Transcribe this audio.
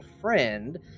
friend